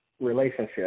relationship